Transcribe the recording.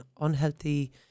unhealthy